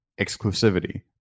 exclusivity